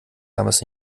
damals